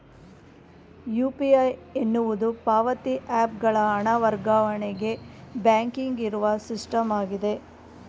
UPI ಎನ್ನುವುದು ಪಾವತಿ app ಗಳ ಹಣ ವರ್ಗಾವಣೆಗೆ ಬ್ಯಾಂಕಿಂಗ್ ಇರುವ ಸಿಸ್ಟಮ್ ಆಗಿದೆ